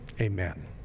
Amen